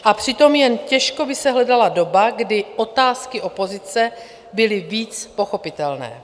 A přitom jen těžko by se hledala doba, kdy otázky opozice byly víc pochopitelné.